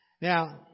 Now